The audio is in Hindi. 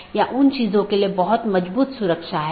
तो यह पूरी तरह से मेष कनेक्शन है